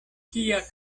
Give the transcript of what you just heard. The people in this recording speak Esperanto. kia